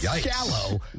shallow